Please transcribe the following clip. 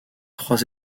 trois